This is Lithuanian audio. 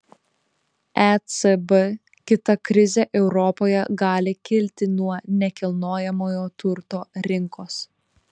ecb kita krizė europoje gali kilti nuo nekilnojamojo turto rinkos